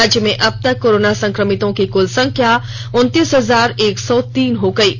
राज्य में अब तक कोरोना संक्रमितों की कुल संख्या उन्नतीस हजार एक सौ तीन हो गयी है